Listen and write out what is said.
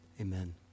Amen